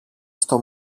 στο